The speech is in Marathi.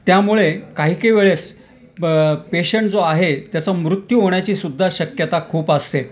त्यामुळे काही काही वेळेस प पेशंट जो आहे त्याचं मृत्यू होण्याचीसुद्धा शक्यता खूप असते